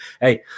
hey